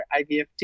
IVFT